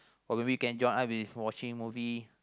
or maybe you can join us with watching movie